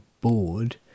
bored